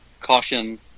caution